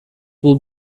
will